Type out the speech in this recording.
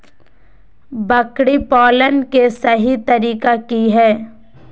बकरी पालन के सही तरीका की हय?